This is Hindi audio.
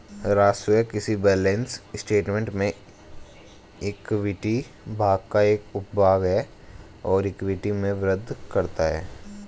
राजस्व किसी बैलेंस स्टेटमेंट में इक्विटी भाग का एक उपभाग है और इक्विटी में वृद्धि करता है